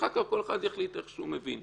ואחר כך כל אחד יחליט איך שהוא מבין.